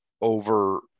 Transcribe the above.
over